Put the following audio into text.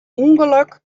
ûngelok